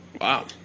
Wow